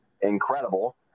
incredible